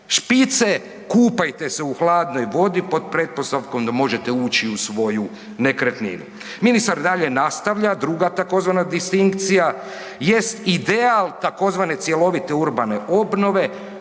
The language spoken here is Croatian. špice kupajte se u hladnoj vodi pod pretpostavkom da možete ući u svoju nekretninu. Ministar dalje nastavlja druga tzv. distinkcija jest ideja tzv. cjelovite urbane obnove